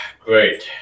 Great